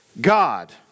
God